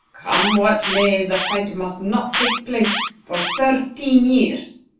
come what may, the fight must not take place for thirteen years.